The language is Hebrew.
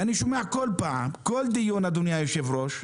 ואני שומע כל פעם, כל דיון, אדוני היושב-ראש,